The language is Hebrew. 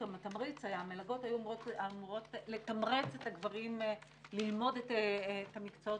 המלגות היו אמורות לתמרץ את הגברים ללמוד את המקצועות